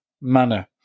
manner